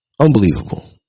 Unbelievable